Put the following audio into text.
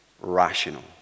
rational